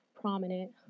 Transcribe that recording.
prominent